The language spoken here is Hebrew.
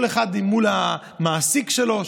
כל אחד מול המעסיק שלו,